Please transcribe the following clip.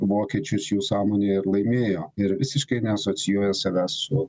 vokiečius jų sąmonėje ir laimėjo ir visiškai neasocijuoja savęs su